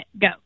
Go